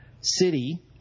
city